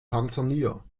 tansania